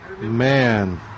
Man